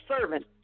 servant